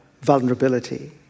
vulnerability